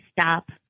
stop